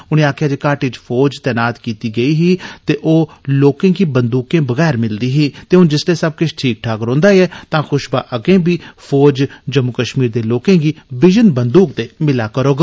उनें आक्खेआ जे घाटी च फौज तैनात कीती गेदी ही ते ओ लोके गी बंद्रकें बगैर मिलदी ही ते हून जिसलै सब किश ठीक ठाक रोंहदा ऐ तां खुशबा अग्गे बी फौज जम्मू कश्मीर दे लोके गी बिजन बंदूक दे मिला करोग